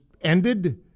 ended